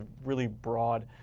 ah really broad.